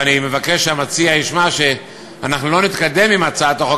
ואני מבקש שהמציע ישמע שאנחנו לא נתקדם עם הצעת החוק